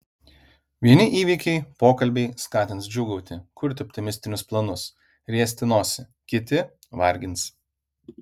vieni įvykiai pokalbiai skatins džiūgauti kurti optimistinius planus riesti nosį kiti vargins